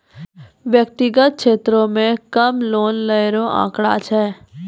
व्यक्तिगत क्षेत्रो म कम लोन लै रो आंकड़ा छै